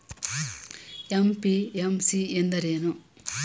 MPMC ಎಂದರೇನು?